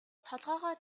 толгойгоо